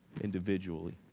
individually